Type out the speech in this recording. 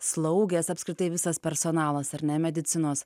slaugės apskritai visas personalas ar ne medicinos